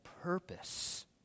purpose